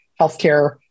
healthcare